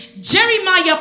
Jeremiah